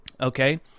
okay